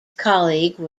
colleague